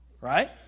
Right